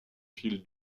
fil